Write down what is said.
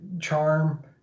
charm